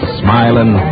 smiling